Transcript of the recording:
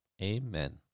amen